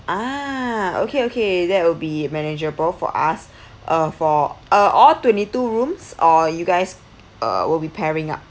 a'ah okay okay that will be manageable for us uh for all twenty two rooms or you guys err will be pairing up